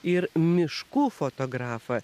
ir miškų fotografą